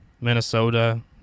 Minnesota